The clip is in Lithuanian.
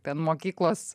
ten mokyklos